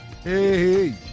Hey